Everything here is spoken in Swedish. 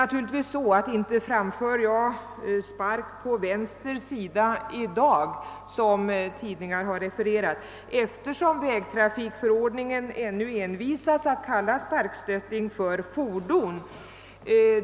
Det är inte så att jag framför sparkstötting på vänster sida, som tidningarna har refererat att jag sagt, eftersom vägtrafikförordningen ännu envisas att kalla sparkstötting för fordon.